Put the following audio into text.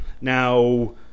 Now